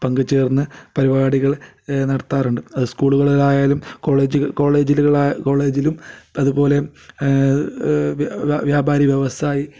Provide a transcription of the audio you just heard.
പങ്കുചേർന്ന് പരിപാടികൾ നടത്താറുണ്ട് അത് സ്കൂളുകളിലായാലും കോളേജ് കോളേജുക കോളേജിലും അതുപോലെ വ്യാപാരി വ്യവസായി